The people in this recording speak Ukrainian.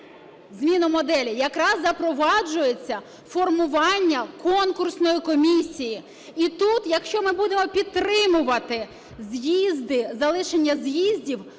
зміну моделі, якраз запроваджується формування конкурсної комісії. І тут, якщо ми будемо підтримувати з'їзди, залишення з'їздів,